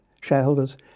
shareholders